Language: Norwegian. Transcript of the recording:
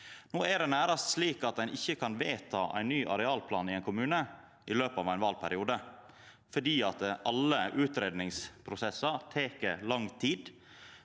No er det nærast slik at ein ikkje kan vedta ein ny arealplan i ein kommune i løpet av ein valperiode, for alle utgreiingsprosessar tek lang tid,